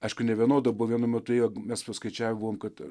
aišku nevienoda abu vienu metu ėjo mes paskaičiavom kad